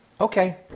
Okay